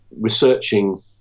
researching